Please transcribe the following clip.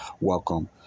Welcome